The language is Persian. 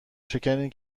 شکنی